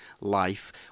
life